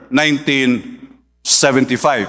1975